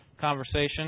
conversation